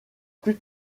plus